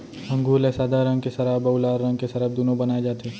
अंगुर ले सादा रंग के सराब अउ लाल रंग के सराब दुनो बनाए जाथे